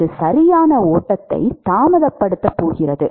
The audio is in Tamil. அது சரியான ஓட்டத்தை தாமதப்படுத்தப் போகிறது